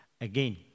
again